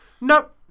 Nope